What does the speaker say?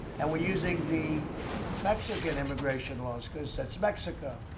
and we're using the mexican immigration laws, because that's mexico.